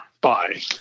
bye